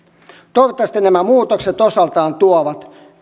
toivottavasti nämä muutokset osaltaan tuovat